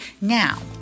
now